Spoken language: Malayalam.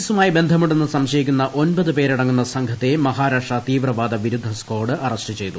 എസുമായി ബന്ധമുണ്ടെന്നു സംശയിക്കുന്ന ഒൻപത് പേരടങ്ങുന്ന സംഘത്തെ മഹാരാഷ്ട്ര തീവ്രവാദ വിരുദ്ധ സ്കാഡ് അറസ്റ്റു ചെയ്തു